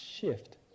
shift